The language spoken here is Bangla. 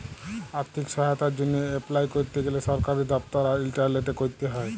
আথ্থিক সহায়তার জ্যনহে এপলাই ক্যরতে গ্যালে সরকারি দপ্তর আর ইলটারলেটে ক্যরতে হ্যয়